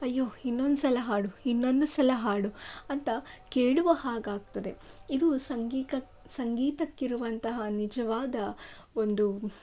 ಅಯ್ಯೋ ಇನ್ನೊಂದು ಸಲ ಹಾಡು ಇನ್ನೊಂದು ಸಲ ಹಾಡು ಅಂತ ಕೇಳುವ ಹಾಗಾಗ್ತದೆ ಇದು ಸಂಗೀತ ಸಂಗೀತಕ್ಕಿರುವಂತಹ ನಿಜವಾದ ಒಂದು